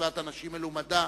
מצוות אנשים מלומדה,